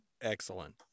Excellent